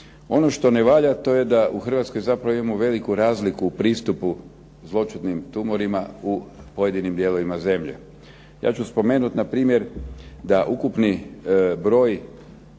Ono što ne valja to je da u Hrvatskoj zapravo imamo veliku razliku u pristupu zloćudnim tumorima u pojedinim dijelovima zemlje. Ja ću spomenuti npr. da ukupni broj